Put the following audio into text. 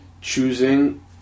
choosing